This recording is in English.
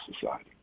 society